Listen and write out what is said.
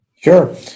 Sure